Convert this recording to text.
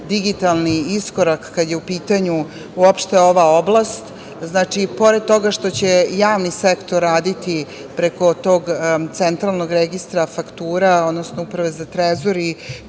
digitalni iskorak kada je u pitanju uopšte ova oblasti. Pored toga što će javni sektor raditi preko tog Centralnog registra faktura, odnosno Uprave za trezor